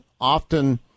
often